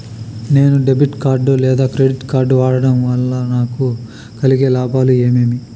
నేను debit card లేదా credit card వాడడం వల్ల నాకు కలిగే లాభాలు ఏమేమీ?